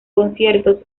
conciertos